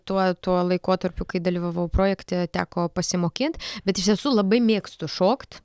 tuo tuo laikotarpiu kai dalyvavau projekte teko pasimokint bet iš tiesų labai mėgstu šokt